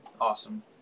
awesome